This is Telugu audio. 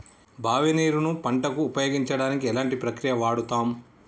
బావి నీరు ను పంట కు ఉపయోగించడానికి ఎలాంటి ప్రక్రియ వాడుతం?